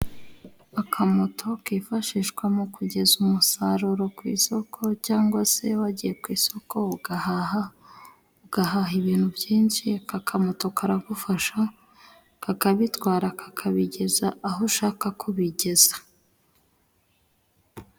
Akamoto kifashishwa mu kugeza umusaruro ku isoko cyangwa se wagiye ku isoko ugahaha ugahaha ibintu byinshi akakamoto karagufasha kakabitwara kakabigeza aho ushaka kubigeza.